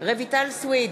רויטל סויד,